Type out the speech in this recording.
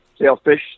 sailfish